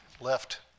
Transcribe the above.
left